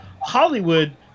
Hollywood